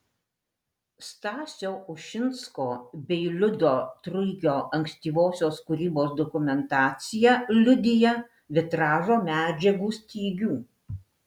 stasio ušinsko bei liudo truikio ankstyvosios kūrybos dokumentacija liudija vitražo medžiagų stygių